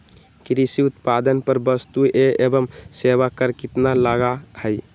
कृषि उत्पादन पर वस्तु एवं सेवा कर कितना लगा हई?